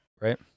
Right